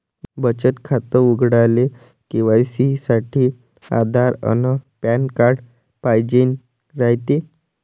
बचत खातं उघडाले के.वाय.सी साठी आधार अन पॅन कार्ड पाइजेन रायते